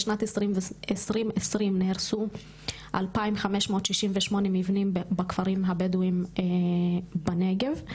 בשנת 2020 נהרסו 2,568 מבנים בכפרים הבדווים בנגב.